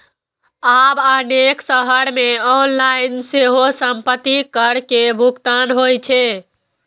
आब अनेक शहर मे ऑनलाइन सेहो संपत्ति कर के भुगतान होइ छै